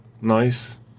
Nice